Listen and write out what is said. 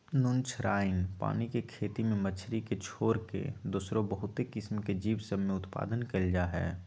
नुनछ्राइन पानी के खेती में मछरी के छोर कऽ दोसरो बहुते किसिम के जीव सभ में उत्पादन कएल जाइ छइ